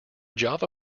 java